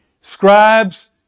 Scribes